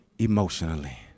emotionally